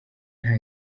nta